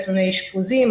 נתוני אשפוזים,